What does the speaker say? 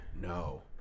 No